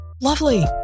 Lovely